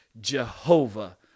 Jehovah